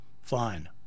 Fine